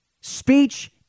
Speech